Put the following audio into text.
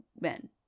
men